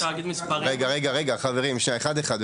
רגע, חברים, אחד אחד.